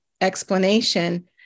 explanation